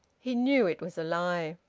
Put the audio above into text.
he knew it was a lie.